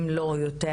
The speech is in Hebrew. אם לא יותר,